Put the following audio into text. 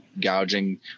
gouging